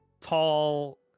tall